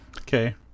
Okay